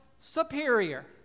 superior